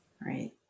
right